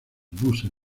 buses